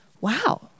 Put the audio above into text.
wow